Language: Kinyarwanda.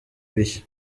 bishya